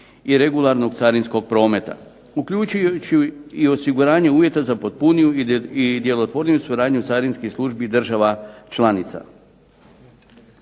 i regularnog carinskog prometa, uključujući i osiguranje uvjeta za potpuniju i djelotvorniju suradnju carinskih službi država članica.